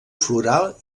floral